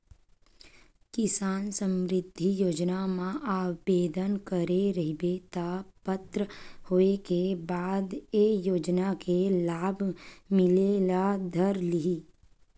किसान समरिद्धि योजना म आबेदन करे रहिबे त पात्र होए के बाद ए योजना के लाभ मिले ल धर लिही